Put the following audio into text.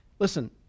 Listen